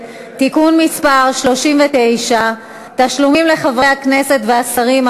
(תיקון מס' 39) (תשלומים לחברי הכנסת ולשרים),